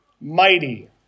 mighty